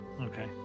Okay